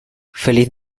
feliz